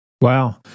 wow